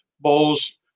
bowls